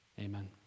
Amen